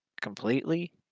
completely